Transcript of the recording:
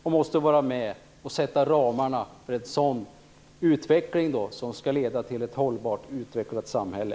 De måste vara med och sätta ramarna för en utveckling som skall leda till hållbart och utvecklat samhälle.